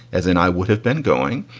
as in i would have been going,